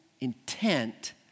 intent